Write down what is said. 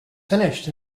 finished